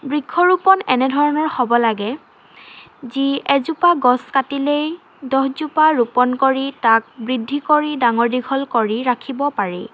বৃক্ষৰোপণ এনেধৰণৰ হ'ব লাগে যি এজোপা গছ কাটিলেই দহজোপা ৰোপণ কৰি তাক বৃদ্ধি কৰি ডাঙৰ দীঘল কৰি ৰাখিব পাৰি